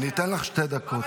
אני אתן לך שתי דקות.